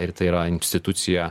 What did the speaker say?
ir tai yra institucija